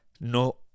no